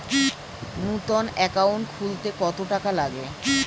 নতুন একাউন্ট খুলতে কত টাকা লাগে?